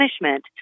punishment